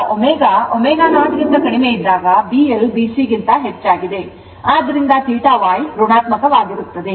ಈಗ ω ω0 ಕ್ಕಿಂತ ಕಡಿಮೆ ಇದ್ದಾಗ BL BC ಗಿಂತ ಹೆಚ್ಚಾಗಿದೆ ಆದ್ದರಿಂದ θY ಋಣಾತ್ಮಕವಾಗಿರುತ್ತದೆ